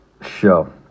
show